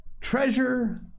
Treasure